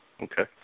Okay